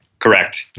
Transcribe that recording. Correct